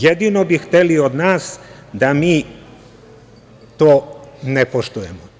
Jedino bi hteli od nas da mi to ne poštujemo.